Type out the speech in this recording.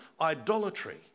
idolatry